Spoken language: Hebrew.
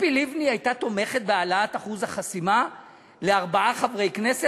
ציפי לבני הייתה תומכת בהעלאת אחוז החסימה לארבעה חברי כנסת?